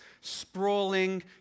sprawling